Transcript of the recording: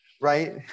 right